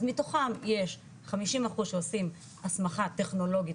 אז מתוכם יש 50% שעושים הסמכה טכנולוגית